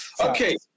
Okay